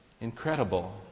Incredible